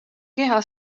keha